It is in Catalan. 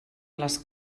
les